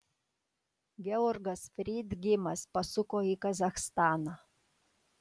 georgas freidgeimas pasuko į kazachstaną